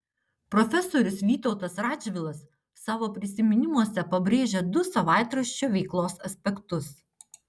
profesorius vytautas radžvilas savo prisiminimuose pabrėžia du savaitraščio veiklos aspektus